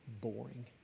boring